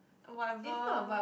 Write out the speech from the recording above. whatever